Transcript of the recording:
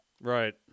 right